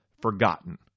forgotten